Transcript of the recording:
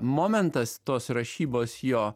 momentas tos rašybos jo